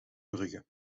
brugge